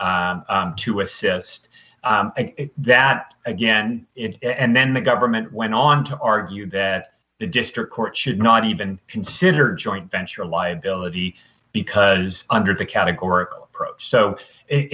to assist that again and then the government went on to argue that the district court should not even consider joint venture a liability because under the category so